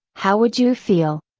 how would you feel?